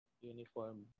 uniform